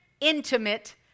intimate